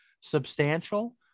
substantial